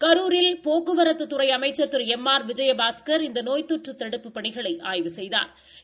கரூரில் போக்குவரத்துக் துறை அமைச்ச் திரு எம் ஆர் விஜயபாஸ்க் இந்த நோய் தொற்று தடுப்புப் பணிகளை ஆய்வு செய்தாா்